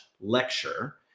lecture